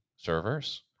Servers